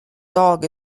dog